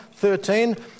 13